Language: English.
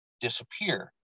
disappear